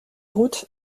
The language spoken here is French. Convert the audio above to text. route